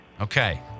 Okay